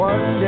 One